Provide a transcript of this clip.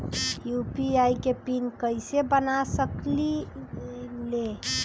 UPI के PIN कैसे बना सकीले?